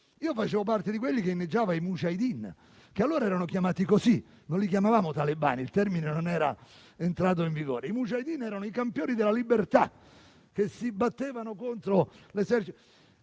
io ero tra quelli che inneggiavano ai *mujaheddin,* che allora erano chiamati così, non li chiamavamo talebani, il termine non era entrato in vigore. I *mujaheddin* erano i campioni della libertà che si battevano contro l'esercito.